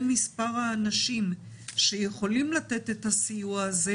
מספר האנשים שיכולים לתת את הסיוע הזה,